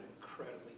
incredibly